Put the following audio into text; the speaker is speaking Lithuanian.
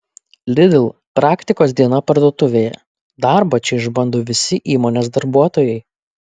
lidl praktikos diena parduotuvėje darbą čia išbando visi įmonės darbuotojai